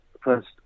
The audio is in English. first